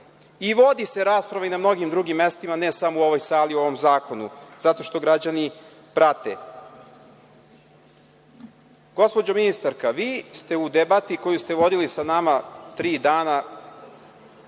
i vodi se rasprava i na mnogim drugim mestima, ne samo u ovoj sali o ovom zakonu, zato što građani prate. Gospođo ministarka, vi ste u debati koju ste vodili sa nama tri dana,